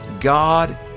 God